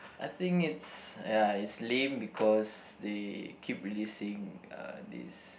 I think it's ya it's lame because they keep releasing uh this